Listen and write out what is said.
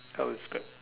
come with skirt